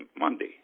monday